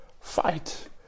Fight